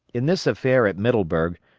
in this affair at middleburg,